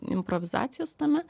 improvizacijos tame